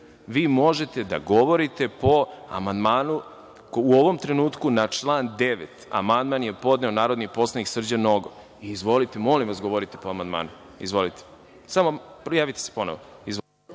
vi možete da govorite po amandmanu, u ovom trenutku, na član 9. Amandman je podneo narodni poslanik Srđan Nogo. Izvolite, molim vas govorite po amandmanu. Izvolite. **Mira Petrović**